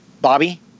Bobby